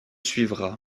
suivra